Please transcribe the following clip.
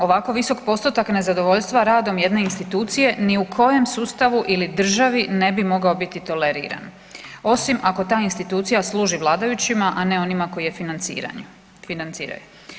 Ovako visok postotak nezadovoljstva radom jedne institucije ni u kojem sustavu ili državi ne bi mogao biti toleriran osim ako ta institucija služi vladajućima, a ne onima koji je financiraju.